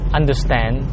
understand